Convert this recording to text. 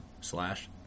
slash